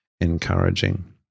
encouraging